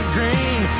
Green